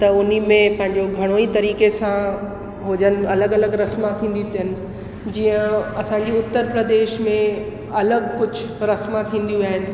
त उन में पंहिंजो घणो ई तरीक़े सां हुजनि अलॻि अलॻि रस्मा थींदियूं अथनि जीअं असांजे उत्तर प्रदेश में अलॻि कुझु रस्मां थींदियूं आहिनि